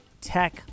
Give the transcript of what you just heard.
Tech